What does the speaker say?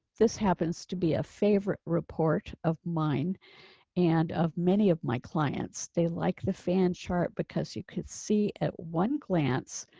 this happens to be a favorite report of mine and of many of my clients they like the fan chart because you could see at one glance.